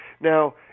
Now